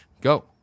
Go